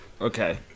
Okay